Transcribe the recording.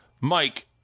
Mike